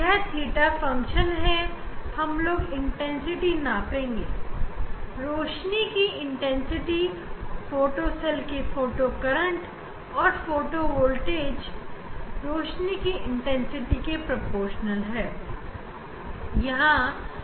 यह थीटा का फंक्शन है हम तीव्रता नापेगे रोशनी की तीव्रता फोटो सेल की फोटो करंट या फोटो वोल्टेज के ऊपर सीधी तरह आधारित है